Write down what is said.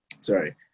Sorry